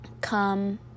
come